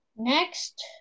Next